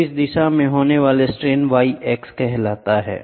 और इस दिशा में होने वाले स्ट्रेन को y x कहते हैं